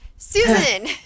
Susan